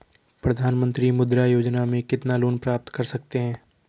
प्रधानमंत्री मुद्रा योजना में कितना लोंन प्राप्त कर सकते हैं?